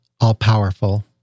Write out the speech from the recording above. all-powerful